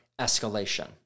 escalation